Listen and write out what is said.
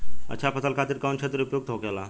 अच्छा फसल खातिर कौन क्षेत्र उपयुक्त होखेला?